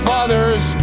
Father's